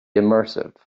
immersive